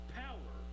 power